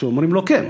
שאומרים לו כן.